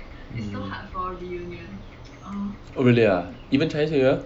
mm oh really ah even chinese new year